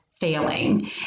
failing